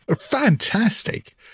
Fantastic